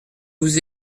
vous